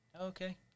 Okay